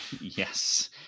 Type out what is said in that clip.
Yes